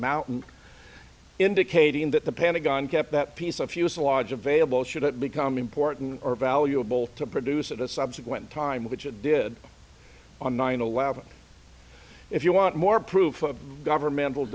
mountain indicating that the pentagon kept that piece of fuselage available should it become important or valuable to produce at a subsequent time which it did on nine eleven if you want more proof of governmental